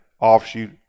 offshoot